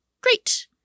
Great